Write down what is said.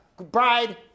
Bride